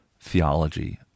theology